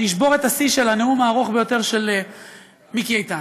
אני אשבור את השיא של הנאום הארוך ביותר של מיקי איתן.